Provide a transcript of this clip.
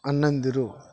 ಅಣ್ಣಂದಿರು